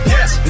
Yes